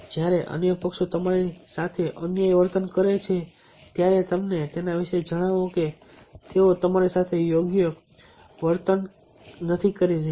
જ્યારે અન્ય પક્ષો તમારી સાથે અન્યાયી વર્તન કરે છે ત્યારે તેમને તેના વિશે જણાવો કે તેઓ તમારી સાથે યોગ્ય વર્તન નથી કરી રહ્યા